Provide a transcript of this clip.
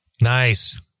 Nice